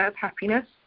happiness